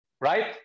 right